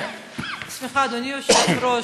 סליחה, אדוני היושב-ראש,